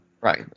right